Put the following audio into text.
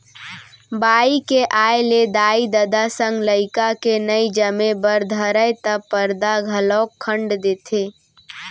बाई के आय ले दाई ददा संग लइका के नइ जमे बर धरय त परदा घलौक खंड़ देथे